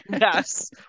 Yes